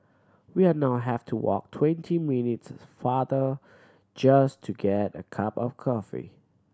we are now have to walk twenty minutes farther just to get a cup of coffee